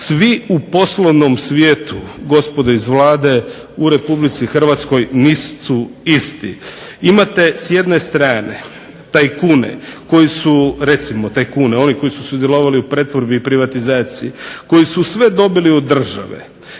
svi u poslovnom svijetu gospodo iz Vlade u Republici Hrvatskoj nisu isti. Imate s jedne strane tajkune, oni koji su sudjelovali u pretvorbi i privatizaciji, koji su sve dobili od države